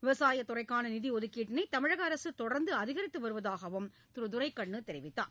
விவசாயத் துறைக்கான நிதி ஒதுக்கீட்டினை தமிழக அரசு தொடர்ந்து அதிகரித்து வருவதாகவும் திரு துரைக்கண்ணு தெரிவித்தார்